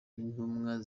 n’intumwa